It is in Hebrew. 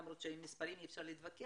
למרות שעם מספרים אי אפשר להתווכח,